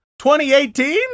2018